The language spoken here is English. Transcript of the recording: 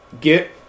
get